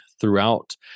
throughout